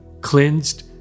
Cleansed